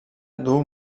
duu